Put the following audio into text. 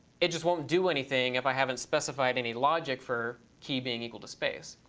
it just won't do anything if i haven't specified any logic for key being equal to space.